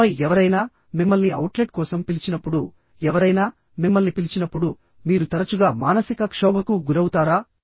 ఆపై ఎవరైనా మిమ్మల్ని అవుట్లెట్ కోసం పిలిచినప్పుడు ఎవరైనా మిమ్మల్ని పిలిచినప్పుడు మీరు తరచుగా మానసిక క్షోభకు గురవుతారా